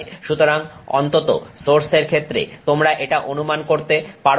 সুতরাং অন্তত সোর্সের ক্ষেত্রে তোমরা এটা অনুমান করতে পারো না